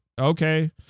okay